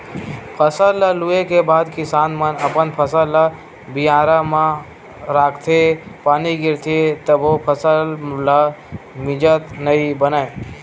फसल ल लूए के बाद किसान मन अपन फसल ल बियारा म राखथे, पानी गिरथे तभो फसल ल मिजत नइ बनय